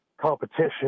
competition